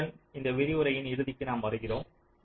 இத்துடன் இந்த விரிவுரையின் இறுதிக்கு நாம் வருகிறோம்